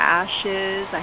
ashes